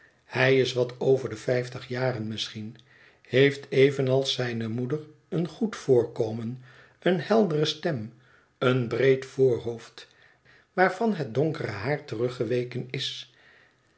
hij is wat over de vijftig jaren misschien heeft evenals zijne moeder een goed voorkomen eene heldere stem een breed voorhoofd waarvan het donkere haar teruggeweken is